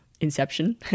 inception